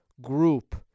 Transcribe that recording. group